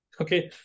Okay